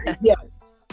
Yes